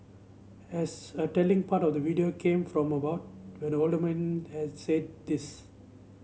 as a telling part of the video came from about when the old man had said this